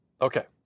okay